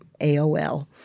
AOL